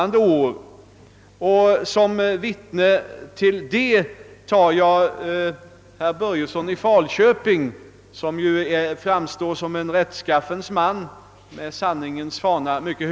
Som bekräftelse härpå vill jag anföra ett uttalande av herr Börjesson i Falköping, som ju framstår såsom en rättskaffens man och som håller sanning ens fana högt.